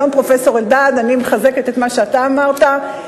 שלום, פרופסור אלדד, אני מחזקת את מה שאתה אמרת.